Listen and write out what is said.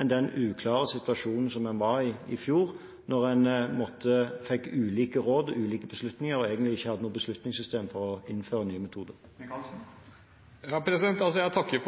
enn den uklare situasjonen som en var i i fjor da en fikk ulike råd, ulike beslutninger og egentlig ikke hadde noe beslutningssystem for å innføre nye metoder. Jeg takker